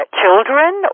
children